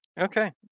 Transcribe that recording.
Okay